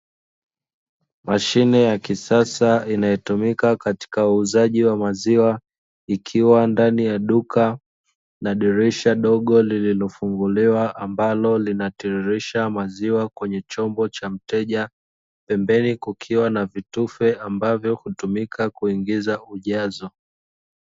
Mashine ye kisasa inayotumika katika uuzaji wa maziwa ikiwa ndani ya duka na dirisha dogo lililofunguliwa ambalo linatiririsha maziwa kwenye chombo cha mteja pembeni kukiwa na vitufe ambavyo hutumika kuingiza ujazo.